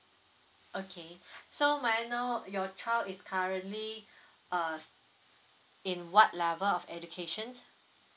okay so may I know your child is currently uh in what level of education